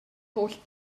holl